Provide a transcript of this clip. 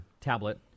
tablet